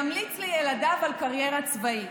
ימליץ לילדיו על קריירה צבאית?